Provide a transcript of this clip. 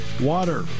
water